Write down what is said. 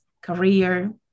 career